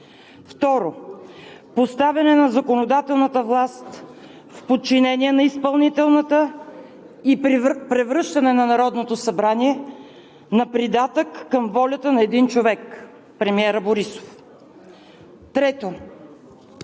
Второ, поставяне на законодателната власт в подчинение на изпълнителната и превръщане на Народното събрание на придатък към волята на един човек – премиера Борисов. Трето,